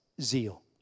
zeal